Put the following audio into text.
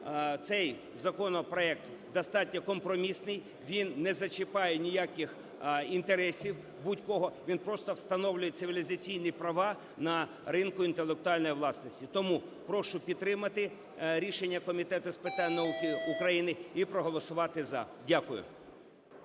цей законопроект достатньо компромісний, він не зачіпає ніяких інтересів будь-кого, він просто встановлює цивілізаційні права на ринку інтелектуальної власності. Тому прошу підтримати рішення Комітету з питань науки України і проголосувати "за". Дякую.